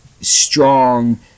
strong